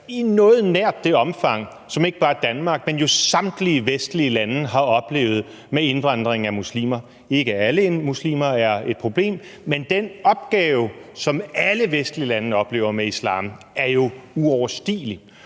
i noget nær det omfang, som ikke bare Danmark, men jo samtlige vestlige lande har oplevet med indvandringen af muslimer. Ikke alle muslimer er et problem, men den opgave, som alle vestlige lande oplever med islam, er jo uoverstigelig,